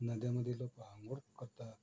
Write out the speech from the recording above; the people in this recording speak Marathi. नद्यामध्ये लोक आंघोळ करतात